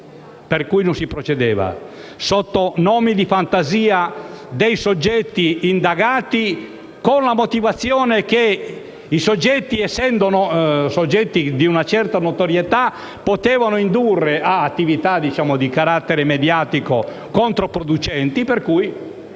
per cui non si procedeva, sotto nomi di fantasia dei soggetti indagati con la motivazione che gli stessi soggetti, avendo una certa notorietà, potevano indurre ad attività di carattere mediatico controproducenti. Da qui,